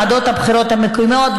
לוועדות הבחירות המקומיות,